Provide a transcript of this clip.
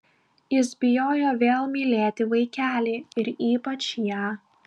jis bijojo vėl mylėti vaikelį ir ypač ją